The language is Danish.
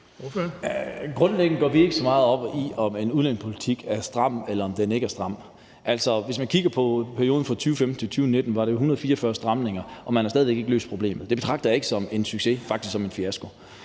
Grundlæggende går vi ikke så meget op i, om en udlændingepolitik er stram, eller om den ikke er stram. Altså, hvis man kigger på perioden fra 2015-2019, var der 144 stramninger, og man har stadig væk ikke løst problemet. Det betragter jeg ikke som en succes, faktisk som en fiasko.